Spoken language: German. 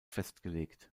festgelegt